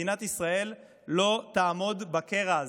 מדינת ישראל לא תעמוד בקרע הזה.